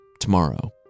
tomorrow